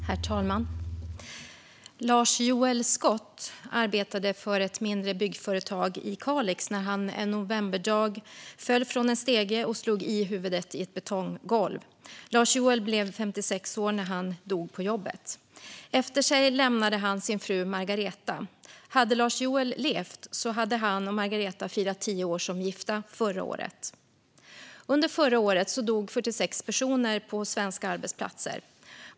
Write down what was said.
Herr talman! Lars-Joel Skott arbetade för ett mindre byggföretag i Kalix när han en novemberdag föll från en stege och slog huvudet i ett betonggolv. Lars-Joel var 56 år när han dog på jobbet. Efter sig lämnade han sin fru Margaretha. Hade Lars-Joel levt hade han och Margaretha firat tio år som gifta förra året. Under förra året dog 46 personer på svenska arbetsplatser.